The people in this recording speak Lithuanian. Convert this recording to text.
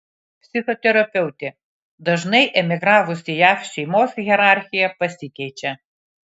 psichoterapeutė dažnai emigravus į jav šeimos hierarchija pasikeičia